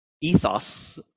ethos